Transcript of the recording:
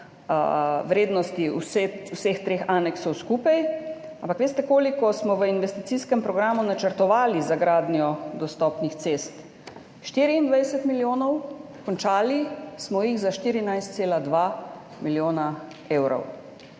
vrednost vseh treh aneksov skupaj. Ampak ali veste, koliko smo v investicijskem programu načrtovali za gradnjo dostopnih cest? 24 milijonov, končali smo jih za 14,2 milijona evrov,